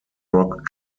rock